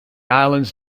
islands